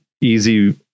easy